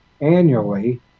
annually